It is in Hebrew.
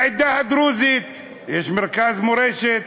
לעדה הדרוזית יש מרכז מורשת.